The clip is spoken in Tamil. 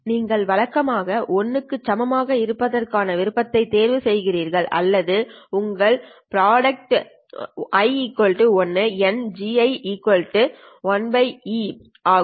நீங்கள் வழக்கமாக 1 க்கு சமமாக இருப்பதற்கான விருப்பத்தை தேர்வு செய்கிறீர்கள் அதாவது உங்கள் product i 1 N Gi1e NαLa ஆகும்